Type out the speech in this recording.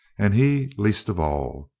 and he least of all.